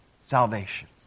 salvation